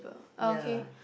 okay